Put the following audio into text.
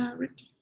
yeah rick?